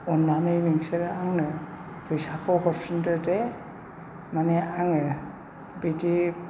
अननानै नोंसोरो आंनो फैसाखौ हरफिनदो दे माने आङो बिदि